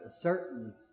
certain